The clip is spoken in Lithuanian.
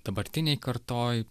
dabartinėj kartoj